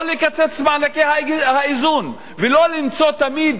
לא לקצץ במענקי האיזון ולא למצוא תמיד